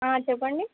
చెప్పండి